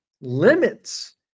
limits